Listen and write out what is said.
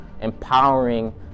empowering